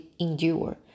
endure